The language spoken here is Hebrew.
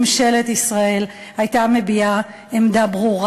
ממשלת ישראל הייתה מביעה עמדה ברורה